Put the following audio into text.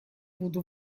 буду